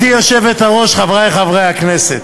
גברתי היושבת-ראש, חברי חברי הכנסת,